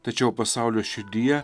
tačiau pasaulio širdyje